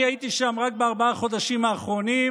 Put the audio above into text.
אני הייתי שם רק בארבעת החודשים האחרונים,